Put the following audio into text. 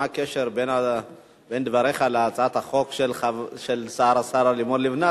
מה הקשר בין דבריך להצעת החוק של השרה לימור לבנת,